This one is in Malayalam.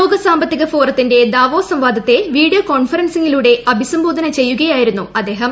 ലോക സാമ്പത്തിക ഫോറത്തിന്റെ ദാവോസ് സംവാദത്തെ വീഡിയോ കോൺഫറൻസിങ്ങിലൂടെ അഭിസംബോധന ചെയ്യുകയായിരുന്നു അദ്ദേഹം